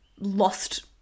lost